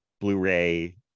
Blu-ray